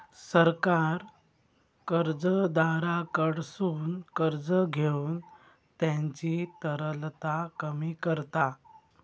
सरकार कर्जदाराकडसून कर्ज घेऊन त्यांची तरलता कमी करता